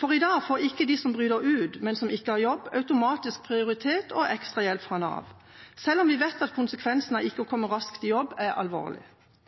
For i dag får ikke de som bryter ut og som ikke har jobb, automatisk prioritet og ekstra hjelp fra Nav, selv om vi vet at konsekvensene av ikke å